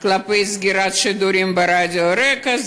כלפי סגירת שידורים ברדיו רק"ע,